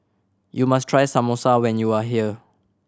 you must try Samosa when you are here